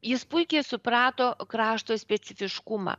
jis puikiai suprato krašto specifiškumą